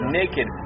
naked